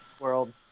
World